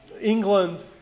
England